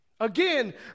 Again